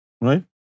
right